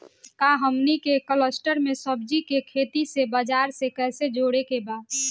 का हमनी के कलस्टर में सब्जी के खेती से बाजार से कैसे जोड़ें के बा?